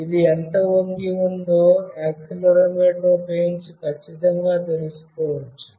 ఇది ఎంత వంగి ఉందో యాక్సిలెరోమీటర్ ఉపయోగించి ఖచ్చితంగా తెలుసుకోవచ్చు